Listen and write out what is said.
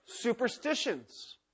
superstitions